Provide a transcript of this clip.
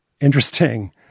interesting